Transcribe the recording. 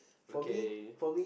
okay